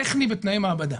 טכני ותנאי מעבדה.